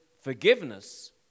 forgiveness